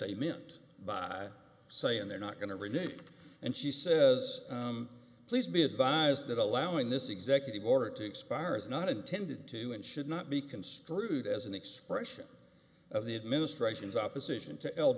they meant by saying they're not going to rename and she says please be advised that allowing this executive order to expire is not intended to and should not be construed as an expression of the administration's opposition to